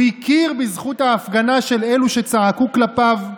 הוא הכיר בזכות ההפגנה של אלו שצעקו כלפיו,